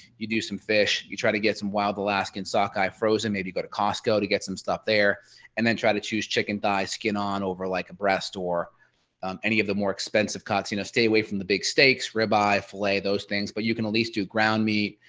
you do some fish. you try to get some wild alaskan sockeye frozen maybe go to costco to get some stuff there and then try to choose chicken thighs skin on over like a breast or any of the more expensive cuts you know stay away from the big steaks, ribeye filet, those things but you can at least do ground meat.